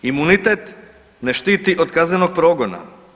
Imunitet ne štiti od kaznenog progona.